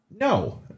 No